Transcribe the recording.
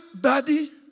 daddy